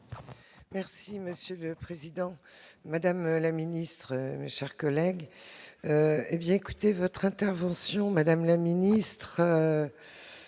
Merci Monsieur le Président, madame la ministre, chers collègues, hé bien écoutez votre intervention madame la ministre,